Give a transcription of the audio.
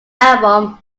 album